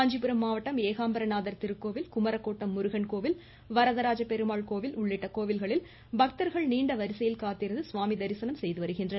காஞ்சிபுரம் மாவட்டத்தில் ஏகாம்பரநாதர் திருக்கோவில் குமரக்கோட்டம் முருகன் கோவில் வரதராஜபெருமாள் கோவில் உள்ளிட்ட கோவில்களில் பக்தர்கள் நீண்ட வரிசையில் காத்திருந்து சுவாமி தரிசனம் செய்து வருகின்றனர்